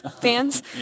fans